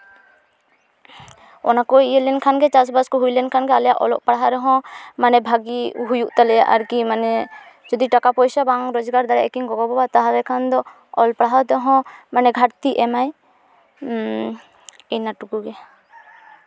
ᱚᱱᱟ ᱠᱚ ᱤᱭᱟᱹ ᱞᱮᱱᱠᱷᱟᱱ ᱜᱮ ᱪᱟᱥᱼᱵᱟᱥ ᱠᱚ ᱦᱩᱭ ᱞᱮᱱᱠᱷᱟᱱ ᱜᱮ ᱟᱞᱮᱭᱟᱜ ᱚᱞᱚᱜ ᱯᱟᱲᱦᱟᱜ ᱨᱮᱦᱚᱸ ᱢᱟᱱᱮ ᱵᱷᱟᱮ ᱦᱩᱭᱩᱜ ᱛᱟᱞᱮᱭᱟ ᱟᱨᱠᱤ ᱢᱟᱱᱮ ᱡᱩᱫᱤ ᱴᱟᱠᱟ ᱯᱚᱭᱥᱟ ᱵᱟᱝ ᱨᱳᱡᱽᱜᱟᱨ ᱫᱟᱲᱮᱭᱟᱜᱼᱟ ᱠᱤᱱ ᱜᱚᱜᱚᱼᱵᱟᱵᱟ ᱛᱟᱦᱚᱞᱮ ᱠᱷᱟᱱ ᱫᱚ ᱚᱞ ᱯᱟᱲᱦᱟᱣ ᱛᱮᱦᱚᱸ ᱢᱟᱱᱮ ᱜᱷᱟᱹᱴᱛᱤ ᱮᱢᱟᱭ ᱤᱱᱟᱹ ᱴᱩᱠᱩ ᱜᱮ